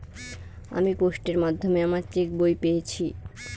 আমি পোস্টের মাধ্যমে আমার চেক বই পেয়েছি